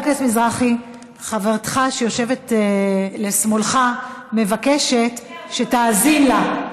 חברתך שיושבת לשמאלך מבקשת שתאזין לה.